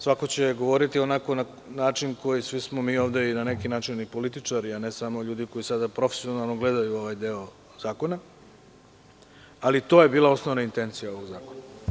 Svako će govoriti na svoj način, svi smo mi ovde i političari, a ne samo ljudi koji sada profesionalno gledaju ovaj deo zakona, ali to je bila osnovna intencija ovog zakona.